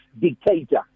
dictator